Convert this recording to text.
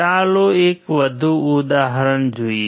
ચાલો એક વધુ ઉદાહરણ જોઈએ